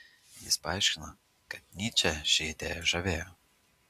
jis paaiškino kad nyčę ši idėja žavėjo